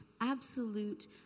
absolute